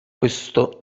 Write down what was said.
questo